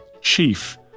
chief